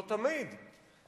לא תמיד,